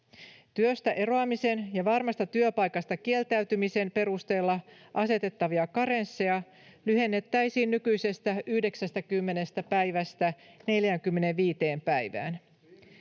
Työstä eroamisen ja varmasta työpaikasta kieltäytymisen perusteella asetettavia karensseja lyhennettäisiin nykyisestä 90 päivästä 45 päivään.